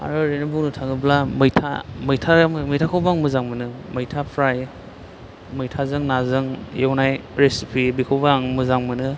आरो ओरैनो बुंनो थाङोब्ला मैथा मैथा मैथाखौबो आं मोजां मोनो मैथा फ्राय मैथाजों नायजों एवनाय रिसिफि बेखौबो आं मोजां मोनो